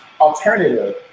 alternative